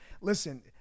listen